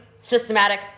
systematic